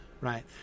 right